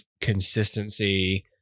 consistency